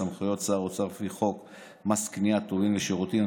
3. סמכויות שר אוצר לפי חוק מס קנייה (טובין ושירותים),